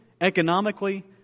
economically